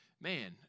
man